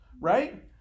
right